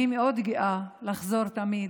אני מאוד גאה לחזור תמיד,